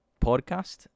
podcast